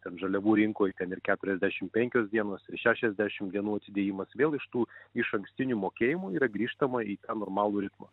ten žaliavų rinkoj ten ir keturiasdešim penkios dienos ir šešiasdešim dienų atidėjimas vėl iš tų išankstinių mokėjimų yra grįžtama į normalų ritmą